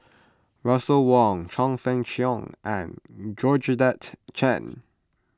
Russel Wong Chong Fah Cheong and Georgette Chen